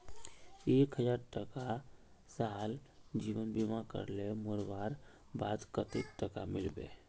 एक हजार टका साल जीवन बीमा करले मोरवार बाद कतेक टका मिलबे?